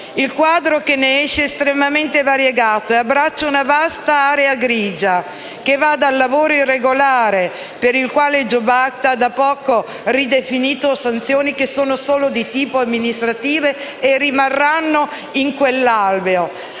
Il quadro che ne esce è estremamente variegato e abbraccia una vasta area grigia che va dal lavoro irregolare, per il quale il *jobs act* ha da poco ridefinito le sanzioni (che sono solo di tipo amministrativo e rimarranno in quell'alveo),